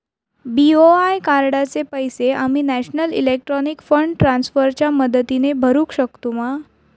BOI कार्डाचे पैसे आम्ही नेशनल इलेक्ट्रॉनिक फंड ट्रान्स्फर च्या मदतीने भरुक शकतू मा?